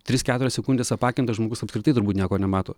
tris keturias sekundes apakintas žmogus apskritai turbūt nieko nemato